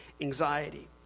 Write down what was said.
anxiety